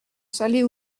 salées